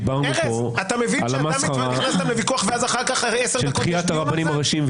דיברנו פה על המסחרה של דחיית הרבנים הראשיים,